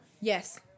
Yes